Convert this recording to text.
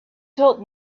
told